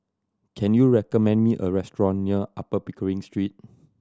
can you recommend me a restaurant near Upper Pickering Street